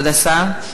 כבוד השר,